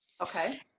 Okay